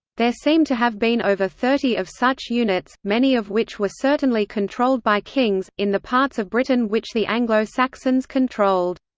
there seem to have been over thirty of such units, many of which were certainly controlled by kings, in the parts of britain which the anglo-saxons controlled.